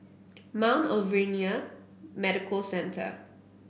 Mount Alvernia Medical Centre